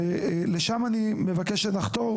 לשם אני מבקש שנחתור.